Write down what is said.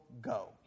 go